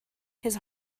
his